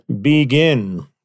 begin